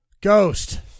Ghost